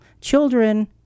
children